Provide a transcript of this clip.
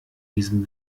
diesem